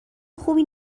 خوبی